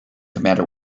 commander